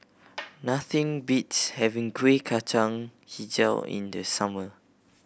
nothing beats having Kuih Kacang Hijau in the summer